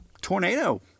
tornado